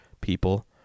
people